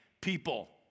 people